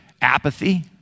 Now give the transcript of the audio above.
apathy